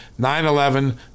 9-11